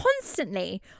constantly